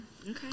Okay